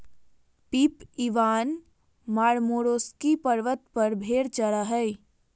Pip Ivan Marmaroski पर्वत पर भेड़ चरा हइ